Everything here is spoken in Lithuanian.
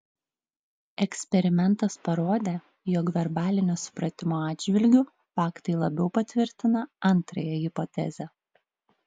eksperimentas parodė jog verbalinio supratimo atžvilgiu faktai labiau patvirtina antrąją hipotezę